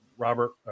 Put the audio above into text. Robert